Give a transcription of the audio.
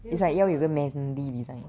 it's like 要有个 manly design